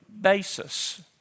basis